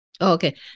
Okay